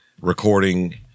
recording